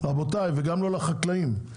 וגם לא לחקלאים.